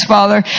Father